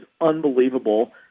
unbelievable